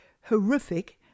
horrific